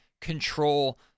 control